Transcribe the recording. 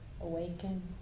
awaken